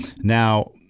Now